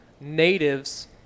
natives